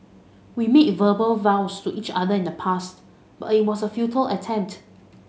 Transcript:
we made verbal vows to each other in the past but it was a futile attempt